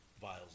vials